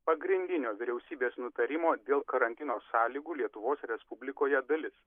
pagrindinio vyriausybės nutarimo dėl karantino sąlygų lietuvos respublikoje dalis